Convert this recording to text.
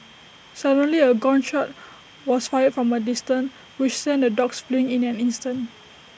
suddenly A gun shot was fired from A distance which sent the dogs fleeing in an instant